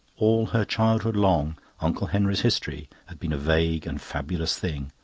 all her childhood long uncle henry's history had been a vague and fabulous thing,